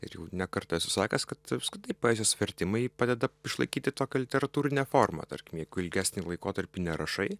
ir jau ne kartą esu sakęs kad apskritai poezijos vertimai padeda išlaikyti tokią literatūrinę formą tarkim jeigu ilgesnį laikotarpį nerašai